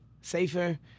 safer